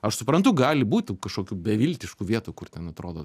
aš suprantu gali būt kažkokiu beviltišku vietų kur ten atrodo